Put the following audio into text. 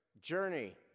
journey